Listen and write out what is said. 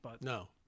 No